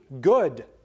good